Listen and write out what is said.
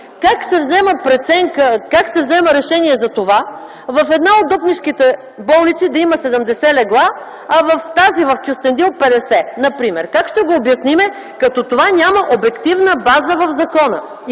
как се взема решение по това в една от Дупнишките болници да има 70 легла, а в тази в Кюстендил – 50, например? Как ще го обясним, като това няма обективна база в закона?